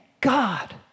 God